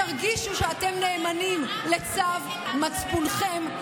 תרגישו שאתם נאמנים לצו מצפונכם,